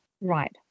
Right